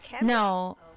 No